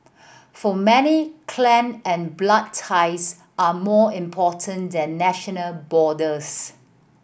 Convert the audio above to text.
for many clan and blood ties are more important than national borders